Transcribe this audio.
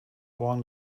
along